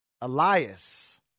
Elias